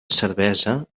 cervesa